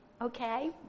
okay